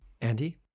Andy